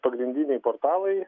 pagrindiniai portalai